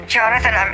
Jonathan